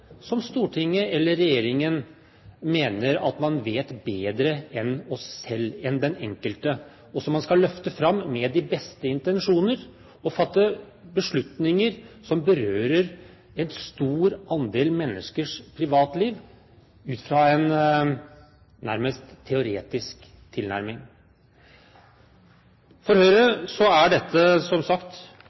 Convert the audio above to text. der Stortinget eller regjeringen mener man vet bedre enn den enkelte, og der man med de beste intensjoner skal løfte den fram og fatte beslutninger som berører en stor andel menneskers privatliv, ut fra en nærmest teoretisk tilnærming? For Høyre er dette, som sagt,